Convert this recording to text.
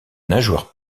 nageoires